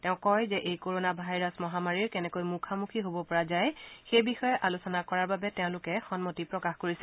তেওঁ কয় যে এই কৰণা ভাইৰাছ মহামাৰীৰ কেনেকৈ মুখামুখি হব পৰা যায় সেই বিষয়ে আলোচনা কৰাৰ বাবে তেওঁলোকে সন্মতি প্ৰকাশ কৰিছে